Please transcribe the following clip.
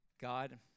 God